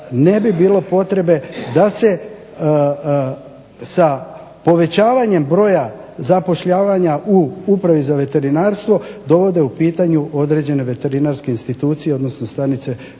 ne bi bilo potrebe da se sa povećavanjem broja zapošljavanja u upravi za veterinarstvo dovode u pitanje određene veterinarske institucije odnosno stanice koje